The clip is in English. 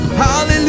hallelujah